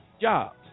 jobs